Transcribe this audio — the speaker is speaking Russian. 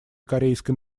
корейской